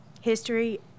History